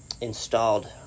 installed